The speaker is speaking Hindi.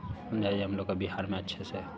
समझाईये हम लोग का बिहार में अच्छे से